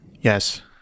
Yes